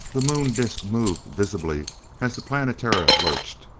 the moon disc moved visibly as the planetara lurched.